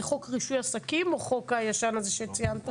זה חוק רישוי עסקים או החוק הישן הזה שציינת?